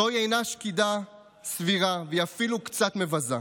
זוהי אינה שקידה סבירה, והיא אפילו קצת מבזה.